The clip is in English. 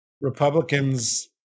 Republicans